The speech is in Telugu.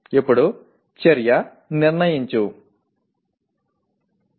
ఇప్పుడు చర్య "నిర్ణయించు"